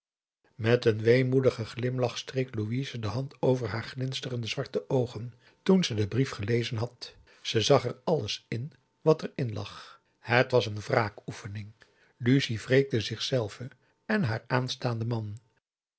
met een weemoedigen glimlach streek louise de hand over haar glinsterende zwarte oogen toen ze den brief gelezen had ze zag er alles in wat er in lag het was een wraakoefening lucie wreekte zichzelve en haar aanstaanden man